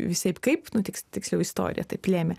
visaip kaip nu tik tiksliau istorija taip lėmė